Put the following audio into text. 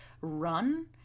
run